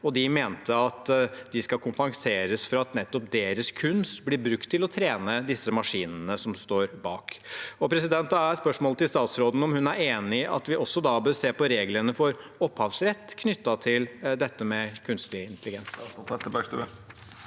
de mente at de skal kompenseres for at nettopp deres kunst blir brukt til å trene disse maskinene som står bak. Spørsmålet til statsråden er om hun er enig i at vi også da bør se på reglene for opphavsrett knyttet til dette med kunstig intelligens.